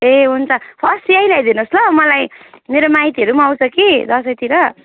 ए हुन्छ फर्स्ट यहीँ ल्याइदिनुहोस् ल मलाई मेरो माइतीहरू पनि आउँछ कि दसैँतिर